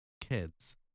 Kids